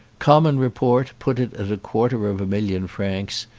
common report put it at a quarter of a million francs,